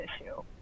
issue